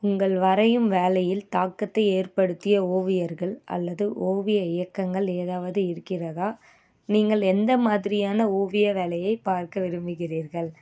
உங்கள் வரையும் வேலையில் தாக்கத்தை ஏற்படுத்திய ஓவியர்கள் அல்லது ஓவிய இயக்கங்கள் ஏதாவது இருக்கின்றதா நீங்கள் எந்த மாதிரியான ஓவிய வேலையை பார்க்க விரும்புகிறீர்கள்